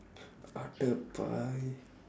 அடப்பாவி:adappaavi